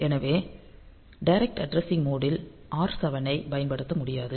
எனவே direct addressing mode ல் R7 ஐப் பயன்படுத்த முடியாது